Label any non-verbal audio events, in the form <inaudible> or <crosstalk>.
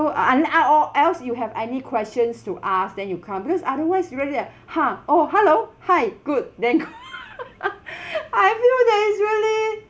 unless ah or else you have any questions to ask then you come because otherwise you really ah ha oh hello hi good then go <laughs> I feel that is really